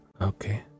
Okay